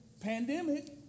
pandemic